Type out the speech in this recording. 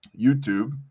YouTube